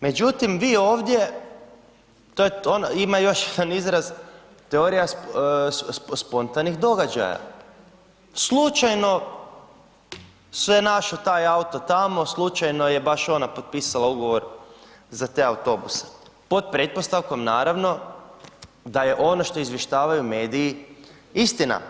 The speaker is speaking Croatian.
Međutim, vi ovdje, ima još jedan izraz, teorija spontanih događaja, slučajno se našao taj auto tamo, slučajno je baš ona potpisala ugovor za te autobuse pod pretpostavkom, naravno, da je ono što izvještavaju mediji, istina.